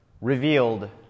revealed